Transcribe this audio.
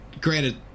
Granted